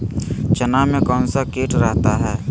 चना में कौन सा किट रहता है?